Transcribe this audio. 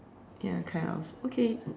ya kind of okay